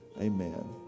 amen